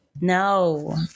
No